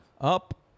Up